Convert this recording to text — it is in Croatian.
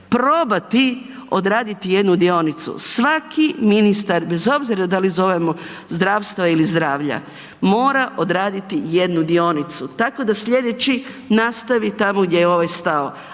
probati odraditi jednu dionicu, svaki ministar bez obzira da li zovemo zdravstva ili zdravlja mora odraditi jednu dionicu tako da sljedeći nastavi tamo gdje je ovaj stao.